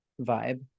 vibe